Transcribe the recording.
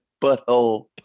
butthole